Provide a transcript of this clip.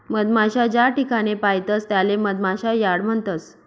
मधमाशा ज्याठिकाणे पायतस त्याले मधमाशा यार्ड म्हणतस